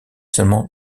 seulement